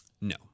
No